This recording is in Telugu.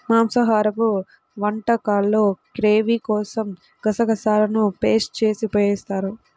మాంసాహరపు వంటకాల్లో గ్రేవీ కోసం గసగసాలను పేస్ట్ చేసి ఉపయోగిస్తారు